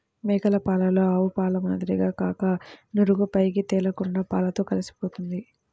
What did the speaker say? మేక పాలలో ఆవుపాల మాదిరిగా కాక నురుగు పైకి తేలకుండా పాలతో కలిసిపోతుంది